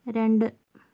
രണ്ട്